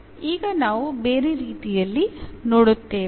ಈಗ ನಾವು ಬೇರೆ ರೀತಿಯಲ್ಲಿ ನೋಡುತ್ತೇವೆ